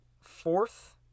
Fourth